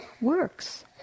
works